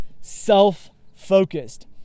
self-focused